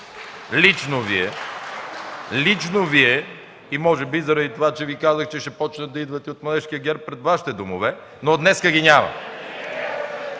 лично Вие, лично Вие! Може би е заради това, че Ви казах, че ще започнат да идват от младежкия ГЕРБ пред Вашите домове, но днес ги няма.